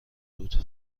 بود